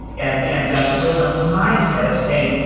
and and um so, it's a mindset of saying,